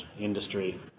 industry